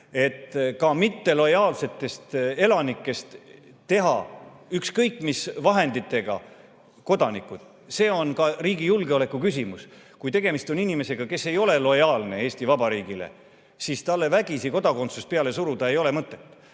ka mittelojaalsetest elanikest ükskõik mis vahenditega kodanike tegemine. See on ka riigi julgeoleku küsimus. Kui tegemist on inimesega, kes ei ole lojaalne Eesti Vabariigile, siis talle vägisi kodakondsust peale suruda ei ole mõtet.